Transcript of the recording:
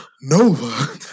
Nova